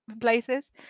Places